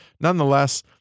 Nonetheless